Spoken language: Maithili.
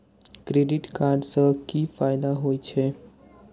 क्रेडिट कार्ड से कि फायदा होय छे?